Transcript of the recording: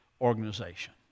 organization